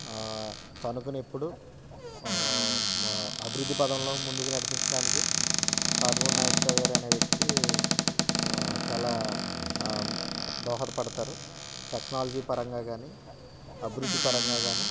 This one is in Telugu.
తణుకుని ఎప్పుడు అభివృద్ధి పథంలో ముందుకు నడిపించడానికి కారుమురి నాగేశ్వరరావుగారు అనే వ్యక్తి చాలా దోహద పడతారు టెక్నాలజీ పరంగా కానీ అభివృద్ధి పరంగా కానీ